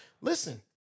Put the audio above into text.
Listen